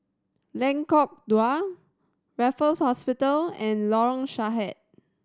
Lengkok Dua Raffles Hospital and Lorong Sahad